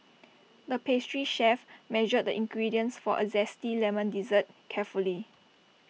the pastry chef measured the ingredients for A Zesty Lemon Dessert carefully